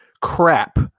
crap